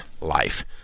life